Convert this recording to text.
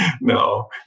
no